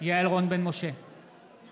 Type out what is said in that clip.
יעל רון בן משה, אינה